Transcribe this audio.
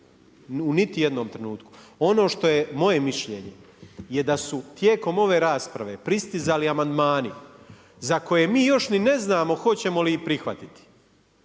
u niti jednom trenutku. Ono što je moje mišljenje, je da su tijekom ove rasprave, pristizali amandmani za koje mi još ni ne znamo hoćemo li ih prihvatiti.